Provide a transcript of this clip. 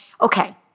okay